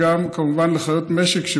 וגם כמובן לחיות משק,